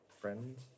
friends